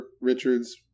Richards